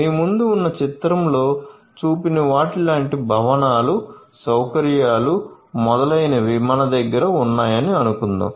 మీ ముందు ఉన్న చిత్రంలో చూపిన వాటిలాంటి భవనాలు సౌకర్యాలు మొదలైనవి మన దగ్గర ఉన్నాయని అనుకుందాం